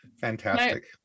Fantastic